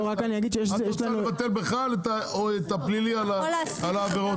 את רוצה לבטל בכלל או את הפלילי על העבירות?